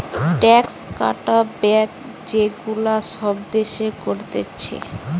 tax cut, break যে গুলা সব দেশের করতিছে